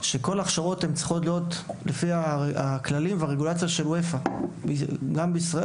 שכל ההכשרות צריכות להיות לפי הכללים והרגולציה של ;UEFA גם בישראל,